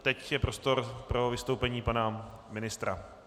Teď je prostor pro vystoupení pana ministra.